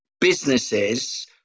businesses